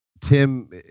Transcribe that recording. Tim